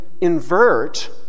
invert